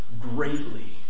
greatly